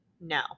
no